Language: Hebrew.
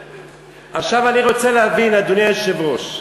עכשיו אני רוצה להבין, אדוני היושב-ראש,